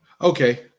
Okay